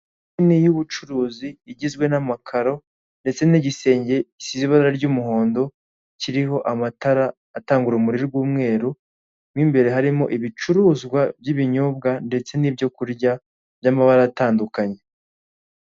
Inzu nini y'ubucuruzi igizwe n'amakaro ndetse n'igisenge gisize ibara ry'umuhondo kiriho amatara atanga urumuri rw'umweru mo imbere harimo ibicuruzwa by'ibinyobwa ndetse nibyo kurya byamabara atandukanye.